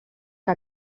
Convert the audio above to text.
que